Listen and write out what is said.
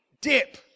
dip